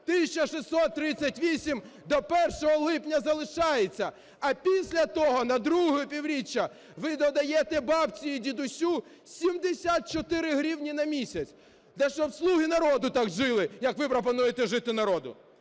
638 – до 1 липня залишається. А після того на друге півріччя ви додаєте бабці і дідусю 74 гривні на місяць. Да, щоб "Слуги народу" так жили, як ви пропонуєте жити народу!